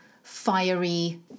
fiery